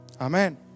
Amen